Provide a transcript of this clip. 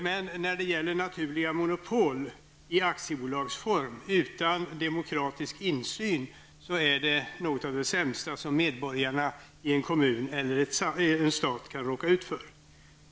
Men naturliga monopol i aktiebolagsform utan demokratisk insyn är något av det sämsta som medborgarna i en kommun eller stat kan råka ut för.